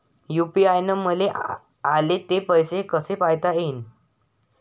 UPI न आले ते पैसे मले कसे पायता येईन?